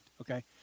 Okay